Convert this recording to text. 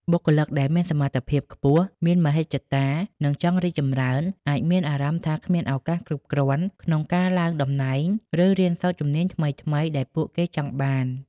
បុគ្គលិកដែលមានសមត្ថភាពខ្ពស់ មានមហិច្ឆតា និងចង់រីកចម្រើន អាចមានអារម្មណ៍ថាគ្មានឱកាសគ្រប់គ្រាន់ក្នុងការឡើងតំណែង ឬរៀនសូត្រជំនាញថ្មីៗដែលពួកគេចង់បាន។